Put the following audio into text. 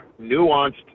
nuanced